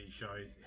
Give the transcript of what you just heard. shows